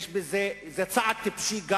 זה גם צעד טיפשי,